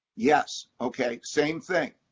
yes, ok, same thing.